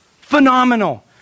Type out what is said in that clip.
Phenomenal